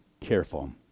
careful